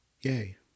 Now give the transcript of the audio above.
Yay